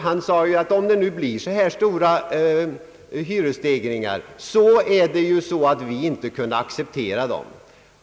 Han sade att om det skulle bli så stora hyresstegringar, kunde man inte acceptera dem.